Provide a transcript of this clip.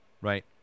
right